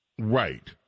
right